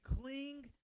cling